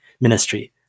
Ministry